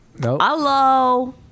Hello